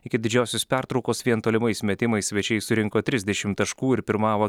iki didžiosios pertraukos vien tolimais metimais svečiai surinko trisdešimt taškų ir pirmavo